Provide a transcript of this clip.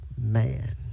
man